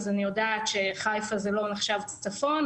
אז אני יודעת שחיפה אינה נחשבת צפון,